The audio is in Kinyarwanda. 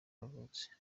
yavutse